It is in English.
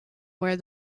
where